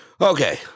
Okay